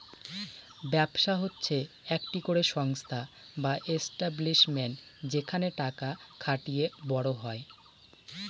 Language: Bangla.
ব্যবসা হচ্ছে একটি করে সংস্থা বা এস্টাব্লিশমেন্ট যেখানে টাকা খাটিয়ে বড় হয়